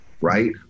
right